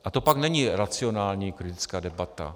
A to pak není racionální kritická debata.